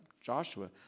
Joshua